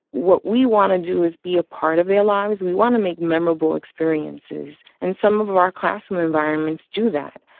what we want to do is be a part of their lives. we want to make memorable experiences in some of of our classroom environments. do that.